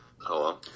Hello